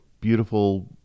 beautiful